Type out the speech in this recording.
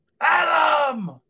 Adam